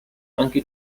anche